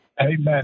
Amen